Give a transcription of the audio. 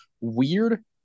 weird